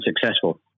successful